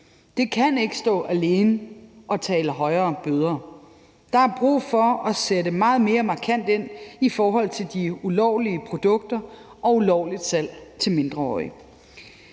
Det kan ikke stå alene at tale om højere bøder. Der er brug for at sætte meget mere markant ind i forhold til de ulovlige produkter og det ulovlige salg til mindreårige.